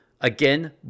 Again